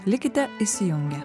likite įsijungę